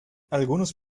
algunos